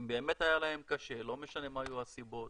באמת היה להם קשה, לא משנה מה הסיבות